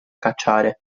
cacciare